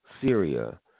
Syria